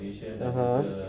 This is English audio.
(uh huh)